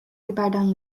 biberden